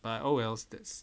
but oh well that's